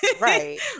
right